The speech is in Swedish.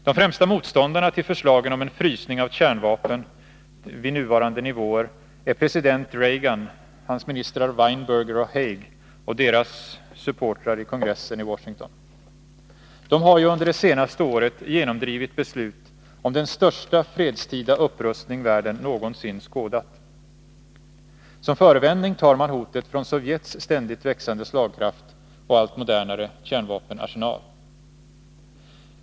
De främsta motståndarna till förslagen om en frysning av kärnvapnen till nuvarande nivåer är president Reagan, hans ministrar Weinberger och Haig och deras supportrar i kongressen i Washington. De har ju under det senaste året genomdrivit beslut om den största fredstida upprustning som världen någonsin skådat. Som förevändning tar man hotet från Sovjets ständigt växande slagkraft och allt modernare kärnvapenarsenal.